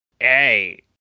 hey